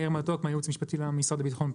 הייעוץ המשפטי, המשרד לביטחון פנים.